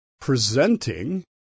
presenting